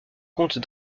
comte